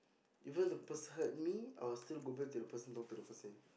even the person me I will still go back to the person talk to the person